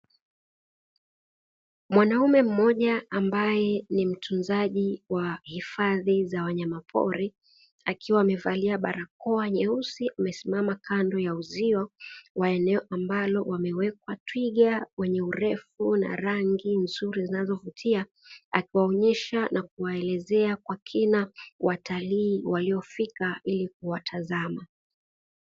Mwanamume mmoja ambaye ni mtunzaji wa hifadhi za wanyamapori, akiwa amevalia barakoa nyeusi, amesimama kando ya uzio wa eneo ambalo wamewekwa twiga wenye urefu na rangi nzuri zinazovutia, akiwaonyesha na kuwaelezea kwa kina watalii waliofika ili kuwatazama."